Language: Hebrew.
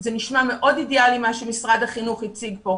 זה נשמע מאוד אידיאלי מה שמשרד החינוך הציג פה,